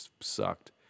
sucked